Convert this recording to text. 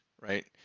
right